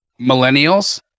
millennials